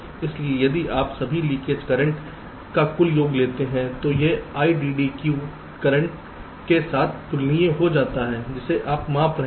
इसलिए यदि आप सभी लीकेज करंट का कुल योग लेते हैं तो इस IDDQ करंट के साथ तुलनीय हो जाता है जिसे आप माप रहे हैं